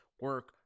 Work